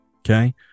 Okay